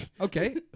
Okay